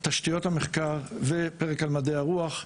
תשתיות המחקר ופרק על מדעי הרוח,